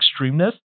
extremeness